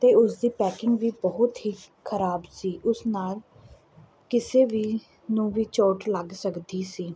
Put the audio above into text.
ਅਤੇ ਉਸਦੀ ਪੈਕਿੰਗ ਵੀ ਬਹੁਤ ਹੀ ਖਰਾਬ ਸੀ ਉਸ ਨਾਲ ਕਿਸੇ ਵੀ ਨੂੰ ਵੀ ਚੋਟ ਲੱਗ ਸਕਦੀ ਸੀ